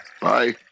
bye